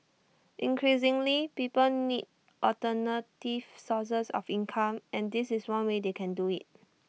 increasingly people need alternative sources of income and this is one way they can do IT